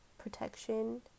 protection